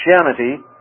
Christianity